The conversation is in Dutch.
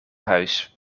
huis